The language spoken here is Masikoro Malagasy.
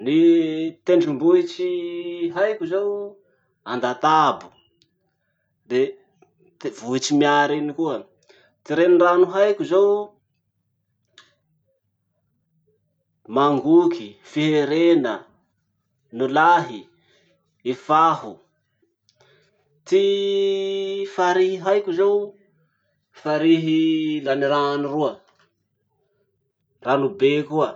Ny tendrombohitry haiko zao: andatabo, de vohitsy miary iny koa. Ty renirano haiko zao: mangoky, fiherena, onilahy, ifaho. Ty farihy haiko zao: farihy lanirano roa, ranobe koa.